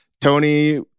Tony